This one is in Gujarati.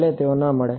ભલે તેઓ ન મળે